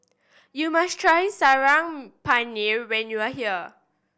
you must try Saag Paneer when you are here